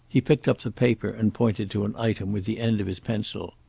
he picked up the paper and pointed to an item with the end of his pencil.